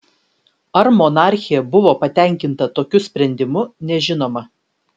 ar monarchė buvo patenkinta tokiu sprendimu nežinoma